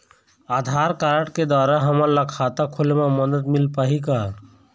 आधार card के द्वारा हमन ला खाता खोले म मदद मिल पाही का?